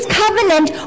covenant